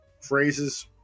phrases